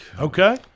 Okay